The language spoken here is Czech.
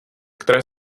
které